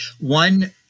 one